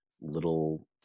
little